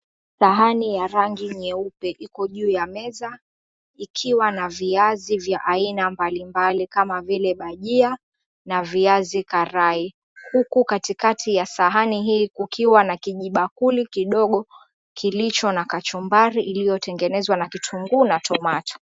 Sahani ya rangi nyeupe iko juu ya meza ikiwa na viazi vya aina mbalimbali kama vile bajia na viazi karai, huku katikati ya sahani hii kukiwa na kijibakuli kidogo kilicho na kachumbari iliyotengenezwa na kitunguu na tomato.